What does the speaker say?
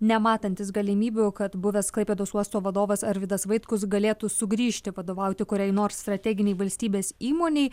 nematantis galimybių kad buvęs klaipėdos uosto vadovas arvydas vaitkus galėtų sugrįžti vadovauti kuriai nors strateginei valstybės įmonei